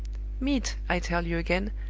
meat, i tell you again,